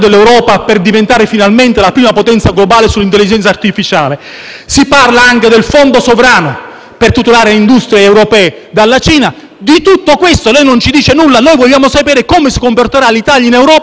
per tutelare le industrie europee dalla Cina. Di tutto questo lei non ci dice nulla. Noi vorremmo sapere come si comporterà l'Italia in Europa in tale contesto e su queste argomentazioni vitali per la sicurezza nazionale e per la tutela del nostro sistema industriale.